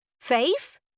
Faith